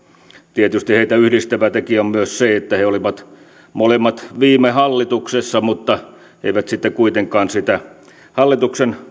tietysti heitä yhdistävä tekijä on myös se että he olivat molemmat viime hallituksessa mutta eivät sitten kuitenkaan sitä hallituksen